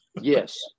Yes